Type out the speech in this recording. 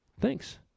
Thanks